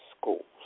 schools